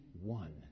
one